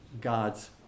God's